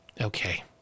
Okay